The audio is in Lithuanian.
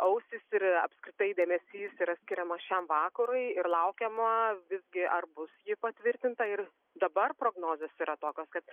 ausys ir apskritai dėmesys yra skiriamas šiam vakarui ir laukiama visgi ar bus ji patvirtinta ir dabar prognozės yra tokios kad